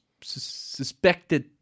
suspected